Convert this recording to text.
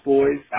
Boys